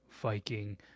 Viking